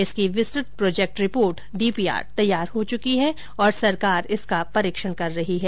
इसके विस्तत project report DPR तैयार हो चुकी है और सरकार इसका परीक्षण कर रही है